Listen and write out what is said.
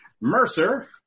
Mercer